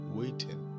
waiting